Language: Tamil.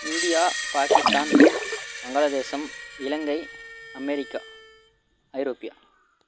இந்தியா பாகிஸ்தான் வங்காள தேசம் இலங்கை அமெரிக்கா ஐரோப்பியா